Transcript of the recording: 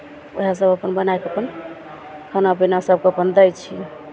उएहसभ अपन बनाए कऽ अपन खाना पीना अपन सभकेँ अपन दै छियै